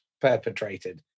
perpetrated